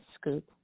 scoop